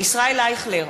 ישראל אייכלר,